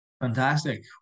Fantastic